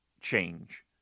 change